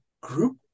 group